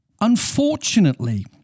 Unfortunately